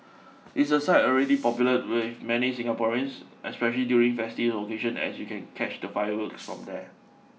it's a site already popular with many Singaporeans especially during festive occasions as you can catch the fireworks from there